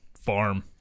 farm